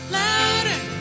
louder